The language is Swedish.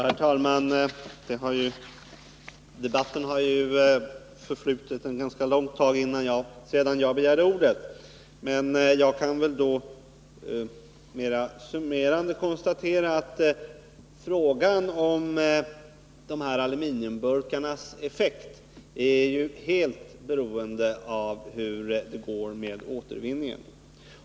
Herr talman! Debatten har nu förflutit en ganska lång stund sedan jag begärde ordet, och jag vill därför något summerande konstatera att frågan om aluminiumburkarnas effekt är helt beroende av hur det går med återvinningen.